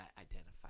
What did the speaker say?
identify